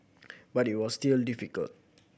but it was still difficult